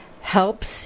helps